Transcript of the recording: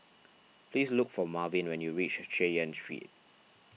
please look for Marvin when you reach Chay Yan Street